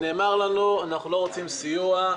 נאמר לנו: אנחנו לא רוצים סיוע,